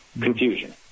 confusion